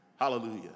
Hallelujah